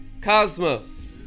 Cosmos